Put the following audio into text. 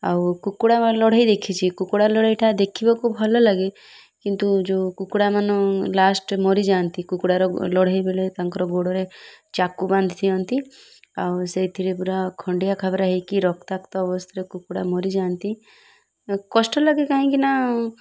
ଆଉ କୁକୁଡ଼ା ଲଢ଼େଇ ଦେଖିଛି କୁକୁଡ଼ା ଲଢ଼େଇଟା ଦେଖିବାକୁ ଭଲ ଲାଗେ କିନ୍ତୁ ଯେଉଁ କୁକୁଡ଼ା ମାନ ଲାଷ୍ଟ୍ ମରିଯାଆନ୍ତି କୁକୁଡ଼ାର ଲଢ଼େଇ ବେଳେ ତାଙ୍କର ଗୋଡ଼ରେ ଚାକୁ ବାନ୍ଧି ଦିଅନ୍ତି ଆଉ ସେଇଥିରେ ପୁରା ଖଣ୍ଡିଆ ଖାବେରା ହେଇକି ରକ୍ତାକ୍ତ ଅବସ୍ଥାରେ କୁକୁଡ଼ା ମରିଯାଆନ୍ତି କଷ୍ଟ ଲାଗେ କାହିଁକିନା